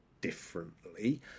differently